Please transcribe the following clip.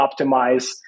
optimize